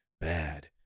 bad